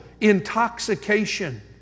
intoxication